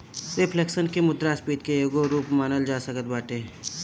reflection के मुद्रास्फीति के एगो रूप मानल जा सकत बाटे